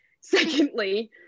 Secondly